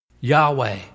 Yahweh